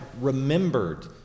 remembered